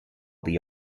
the